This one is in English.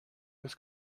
was